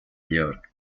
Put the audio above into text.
york